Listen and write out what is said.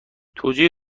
توجیه